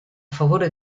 favore